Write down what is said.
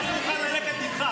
לא מבקרים את כולם.